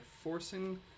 forcing